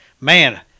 man